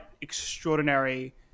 extraordinary